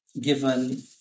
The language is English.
given